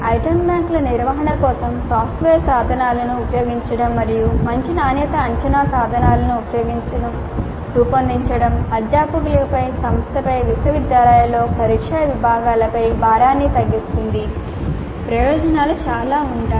item బ్యాంకుల నిర్వహణ కోసం సాఫ్ట్వేర్ సాధనాలను ఉపయోగించడం మరియు మంచి నాణ్యత అంచనా సాధనాలను రూపొందించడం అధ్యాపకులపై సంస్థపై విశ్వవిద్యాలయంలో పరీక్షా విభాగాలపై భారాన్ని తగ్గిస్తుంది ప్రయోజనాలు చాలా ఉన్నాయి